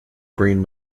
green